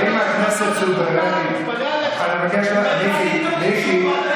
האם הכנסת סוברנית, הפרדת רשויות, אדוני יושב-ראש